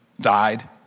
died